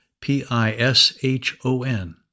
P-I-S-H-O-N